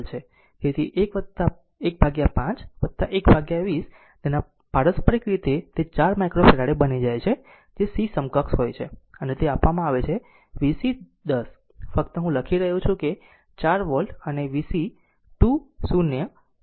તેથી 15 120 તેના પારસ્પરિક રીતે તે 4 માઇક્રોફેરાડે બની જાય છે જે c સમકક્ષ હોય છે અને તે આપવામાં આવે છે કે v c 1 0 ફક્ત હું લખી રહ્યો છું કે 4 વોલ્ટ અને v c 2 0 24 વોલ્ટ